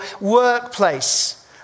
workplace